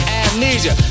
amnesia